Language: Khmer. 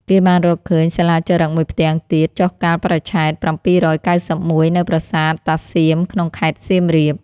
គេបានរកឃើញសិលាចារឹកមួយផ្ទាំងទៀត ចុះកាលបរិច្ឆេទ ៧៩១ នៅប្រាសាទតាសៀមក្នុងខេត្តសៀមរាប។